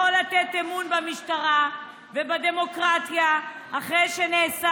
יכול לתת אמון במשטרה ובדמוקרטיה אחרי שנעשה